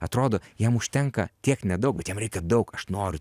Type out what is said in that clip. atrodo jam užtenka tiek nedaug bet jam reikia daug aš noriu